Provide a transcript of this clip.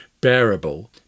bearable